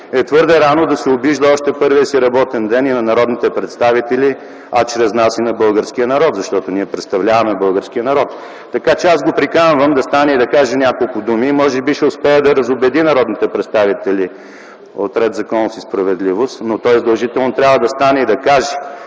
е твърде рано да се обижда още в първия си работен ден на народните представители, а чрез нас и на българския народ, защото ние представляваме българския народ. Така че аз го приканвам да стане и да каже няколко думи. Може би ще успее да разубеди народните представители от „Ред, законност и справедливост”, но той задължително трябва да стане и да каже